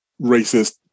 racist